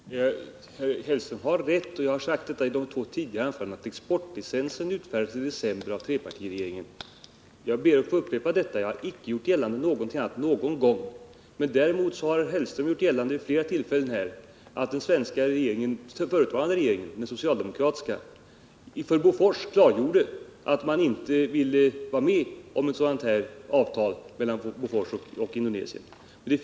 Herr talman! Mats Hellström har rätt — jag har sagt det i mina två tidigare anföranden — att exportlicensen utfärdades i december 1976 av trepartiregeringen. Jag ber att få upprepa dewa. Jag har icke gjort gällande något annat någon gång. Däremot har Mats Hellström vid flera tillfällen här gjort gällande att den förutvarande socialdemokratiska regeringen för Bofors klargjorde att den inte ville vara med om ett sådant här avtal mellan Bofors och Indonesien.